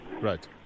Right